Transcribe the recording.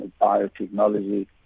biotechnology